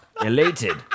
Elated